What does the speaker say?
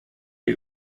dir